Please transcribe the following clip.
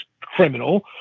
criminal